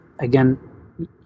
again